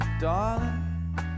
darling